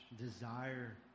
desire